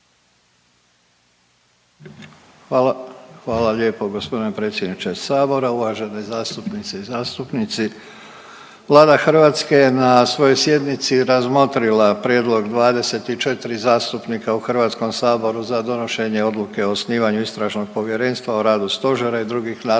Hvala lijepo gospodine predsjedniče Sabora, uvažene zastupnice i zastupnici. Vlada Hrvatske je na svojoj sjednici razmotrila prijedlog 24 zastupnika u Hrvatskom saboru za donošenje odluke o osnivanju Istražnog povjerenstva o radu Stožera i drugih nadležnih